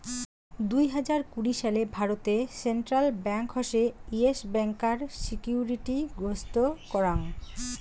দুই হাজার কুড়ি সালে ভারতে সেন্ট্রাল ব্যাঙ্ক হসে ইয়েস ব্যাংকার সিকিউরিটি গ্রস্ত করাং